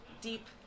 deep